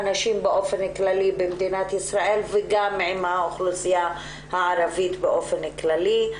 הנשים באופן כללי במדינת ישראל וגם מול האוכלוסייה הערבית באופן כללי.